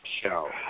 show